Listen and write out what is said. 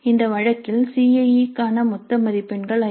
இந்த வழக்கில் C IE க்கான மொத்த மதிப்பெண்கள் 50